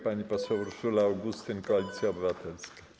Pani poseł Urszula Augustyn, Koalicja Obywatelska.